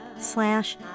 slash